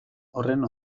horren